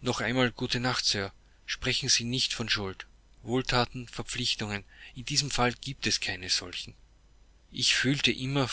noch einmal gute nacht sir sprechen sie nicht von schuld wohlthaten verpflichtungen in diesem falle giebt es keine solchen ich fühlte immer